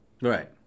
Right